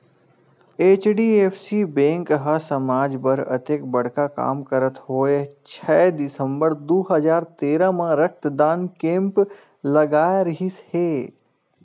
HDFC bank ह समाज बर अतेक बड़का काम करत होय छै दिसंबर दू हजार तेरा म रक्तदान कैम्प लगाय रिहिस हे